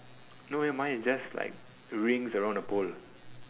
no eh mine is just like rings around the pole